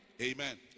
Amen